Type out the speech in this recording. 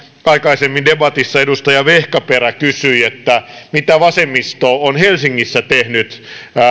aikaisemmin debatissa edustaja vehkaperä kysyi mitä vasemmisto on helsingissä tehnyt